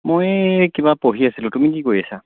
মই এই কিবা পঢ়ি আছিলোঁ তুমি কি কৰি আছা